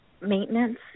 maintenance